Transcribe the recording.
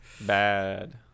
Bad